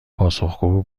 پاسخگو